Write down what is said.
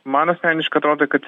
man asmeniškai atrodo kad